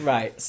Right